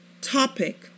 topic